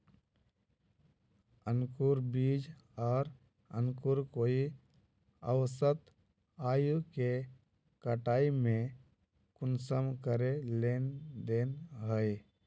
अंकूर बीज आर अंकूर कई औसत आयु के कटाई में कुंसम करे लेन देन होए?